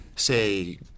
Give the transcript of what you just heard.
say